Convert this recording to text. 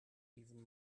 even